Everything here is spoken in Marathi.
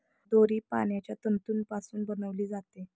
दोरी पानांच्या तंतूपासून बनविली जाते